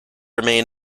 remain